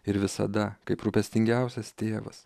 ir visada kaip rūpestingiausias tėvas